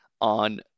on